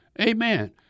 Amen